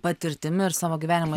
patirtimi ir savo gyvenimo